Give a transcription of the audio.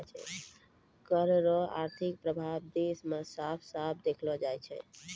कर रो आर्थिक प्रभाब देस मे साफ साफ देखलो जाय छै